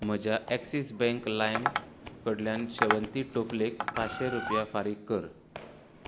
म्हज्या Axis Bank लाइम कडल्यान शेवंती टोपलेक पांचशे रुपया फारीक कर